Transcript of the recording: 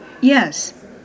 Yes